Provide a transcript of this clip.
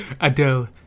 Adele